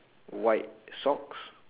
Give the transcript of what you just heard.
white socks